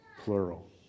plural